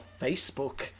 Facebook